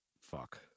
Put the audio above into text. fuck